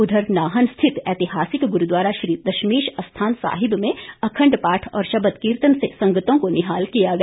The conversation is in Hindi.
उधर नाहन स्थित ऐतिहासिक गुरुद्वारा श्री दशमेश अस्थान साहिब में अखंड पाठ और शबद कीर्तन से संगतों को निहाल किया गया